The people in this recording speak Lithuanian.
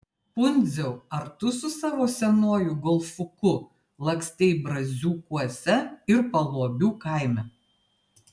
pundziau ar tu su savo senuoju golfuku lakstei braziūkuose ir paluobių kaime